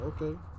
Okay